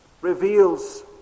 reveals